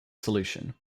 solution